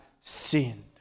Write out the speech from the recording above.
sinned